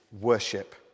worship